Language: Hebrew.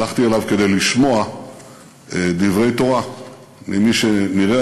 הלכתי אליו כדי לשמוע דברי תורה ממי שנראה